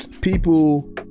people